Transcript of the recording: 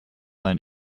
and